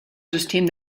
system